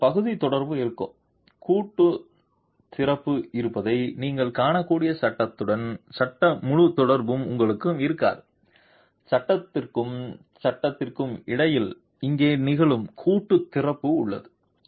உங்களுக்கு பகுதி தொடர்பு இருக்கும் கூட்டு திறப்பு இருப்பதை நீங்கள் காணக்கூடிய சட்டத்துடன் சட்ட முழு தொடர்பு உங்களுக்கு இருக்காது சட்டத்திற்கும் சட்டகத்திற்கும் இடையில் இங்கே நிகழும் கூட்டு திறப்பு உள்ளது